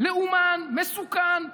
לאומן, מסוכן.